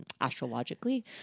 astrologically